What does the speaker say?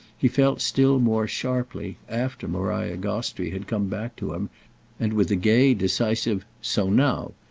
he felt still more sharply after maria gostrey had come back to him and with a gay decisive so now!